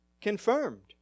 confirmed